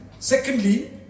Secondly